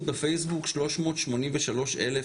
בפייסבוק שש מאות שמונים ושלושה אלף,